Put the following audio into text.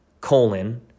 colon